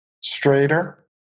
straighter